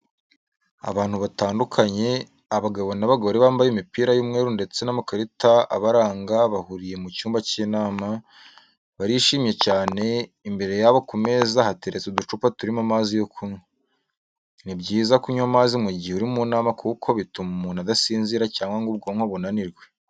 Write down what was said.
Abantu batandukanye, abagabo n'abagore bambaye imipira y'umweru ndetse n'amakarita abaranga bahuriye mu cyumba cy'inama, barishimye cyane, imbere yabo ku meza hateretse uducupa turimo amazi yo kunywa. Ni byiza kunywa amazi mu gihe uri mu nama kuko bituma umuntu adasinzira cyangwa ngo ubwonko bunanirwe.